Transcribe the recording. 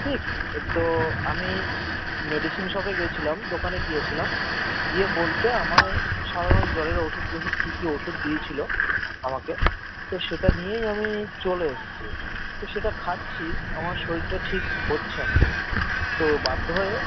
ঠিক তো আমি মেডিসিন শপে গিয়েছিলাম দোকানে গিয়েছিলাম গিয়ে বলতে আমায় সাধারণ জ্বরের ওষুধ টষুধ কী কী ওষুধ দিয়েছিল আমাকে তো সেটা নিয়েই আমি চলে এসেছি তো সেটা খাচ্ছি আমার শরীরটা ঠিক হচ্ছে না তো বাধ্য হয়ে